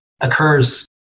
occurs